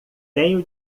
tenho